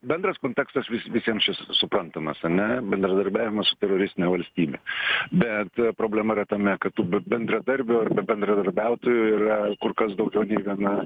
bendras kontekstas vis visiems čia suprantamas ane bendradarbiavimas su teroristine valstybe bet problema yra tame kad tų bendradarbių arba bendradarbiautų yra kur kas daugiau nei gana